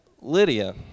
Lydia